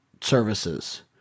services